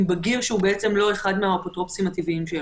עם בגיר שהוא לא אחד מהאפוטרופוסים הטבעיים שלו.